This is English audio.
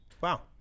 Wow